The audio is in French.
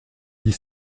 dix